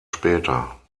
später